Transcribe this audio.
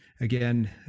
again